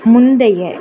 முந்தைய